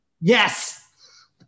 Yes